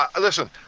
listen